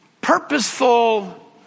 purposeful